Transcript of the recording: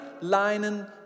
linen